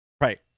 Right